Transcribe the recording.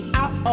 out